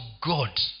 God